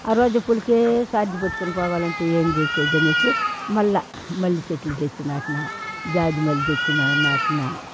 ఆ రోజా పూలకే ఛార్జీ పెట్టుకుని పోవాలంటే ఏం చేసేదనేసి మళ్ళా మల్లి చెట్లు తెచ్చి నాటినా జాజి మల్లి తెచ్చి నాటినా